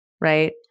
Right